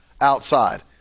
outside